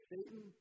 Satan